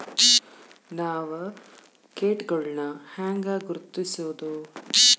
ನಾವ್ ಕೇಟಗೊಳ್ನ ಹ್ಯಾಂಗ್ ಗುರುತಿಸೋದು?